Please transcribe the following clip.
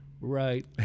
right